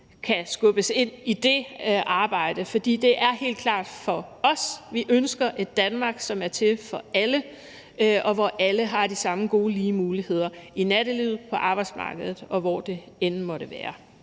kan skubbes ind i det arbejde. For det er helt klart for os: Vi ønsker et Danmark, som er til for alle, og hvor alle har de samme gode, lige muligheder i nattelivet, på arbejdsmarkedet, og hvor det end måtte være.